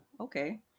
okay